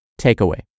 Takeaway